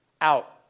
out